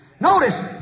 Notice